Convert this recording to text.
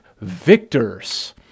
victors